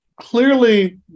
clearly